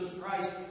Christ